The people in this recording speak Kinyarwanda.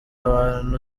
abantu